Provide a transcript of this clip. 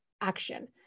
action